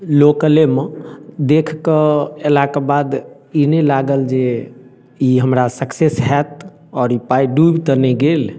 लोकलेमे देखिकऽ अएलाके बाद ई नहि लागल जे ई हमरा सक्सेस हैत आओर ई पाइ डुबि तऽ नहि गेल